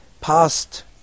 past